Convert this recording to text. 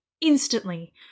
instantly